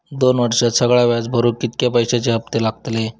दोन वर्षात सगळा व्याज भरुक कितक्या पैश्यांचे हप्ते लागतले?